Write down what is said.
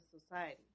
society